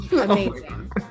Amazing